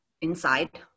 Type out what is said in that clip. inside